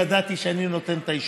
כי ידעתי שאני נותן את האישורים.